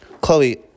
Chloe